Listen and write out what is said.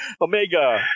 Omega